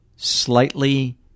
slightly